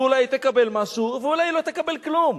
ואולי היא תקבל משהו ואולי היא לא תקבל כלום.